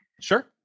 sure